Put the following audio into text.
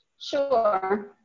Sure